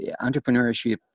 entrepreneurship